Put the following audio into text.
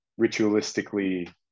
ritualistically